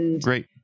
Great